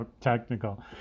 technical